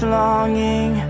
longing